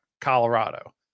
Colorado